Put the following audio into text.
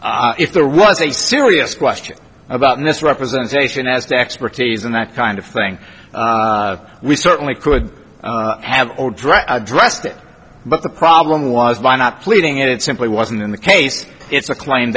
at if there was a serious question about misrepresentation as to expertise and that kind of thing we certainly could have or draw i dressed it but the problem was by not pleading it simply wasn't in the case it's a claim